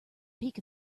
peak